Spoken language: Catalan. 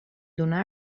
donar